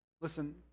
Listen